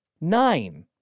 Nine